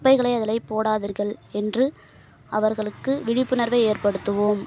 குப்பைகளை அதில் போடாதீர்கள் என்று அவர்களுக்கு விழிப்புணர்வை ஏற்படுத்துவோம்